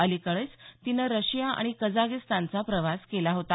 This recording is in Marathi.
अलिकडेच तिने रशिया आणि कझाकिस्तानचा प्रवास केला होता